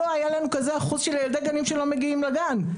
לא היה לנו כזה אחוז של ילדי גנים שלא מגיעים לגן.